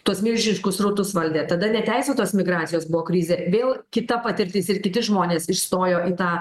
tuos milžiniškus srautus valdė tada neteisėtos migracijos buvo krizė vėl kita patirtis ir kiti žmonės išstojo į tą